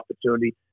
opportunity